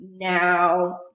now